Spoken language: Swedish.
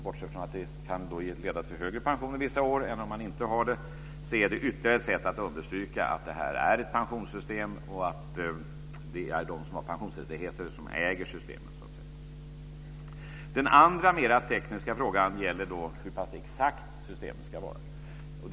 Bortsett från att det kan leda till högre pensioner vissa år, jämfört med om man inte har det här, är det ytterligare ett sätt att understryka att det här är ett pensionssystem och att det är de som har pensionsrättigheter som äger systemet. Den andra punkten gäller den mera tekniska frågan om hur exakt systemet ska vara.